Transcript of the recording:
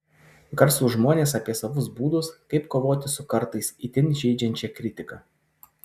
garsūs žmonės apie savus būdus kaip kovoti su kartais itin žeidžiančia kritika